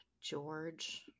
George